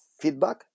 feedback